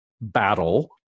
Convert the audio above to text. battle